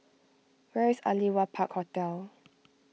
where is Aliwal Park Hotel